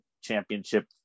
Championship